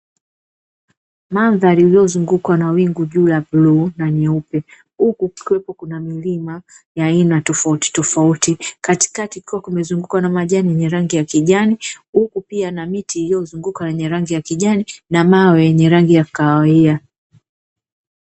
Mandhari iliyozungukwa na wingu juu la bluu na jeupe, huku kukiwepo na milima ya aina tofauti tofauti katikati kukiwa limezungukwa na majani ya rangi ya kijani, huku pia miti iliyozunguka ya rangi ya kijani na mawe yenye rangi ya kahawia.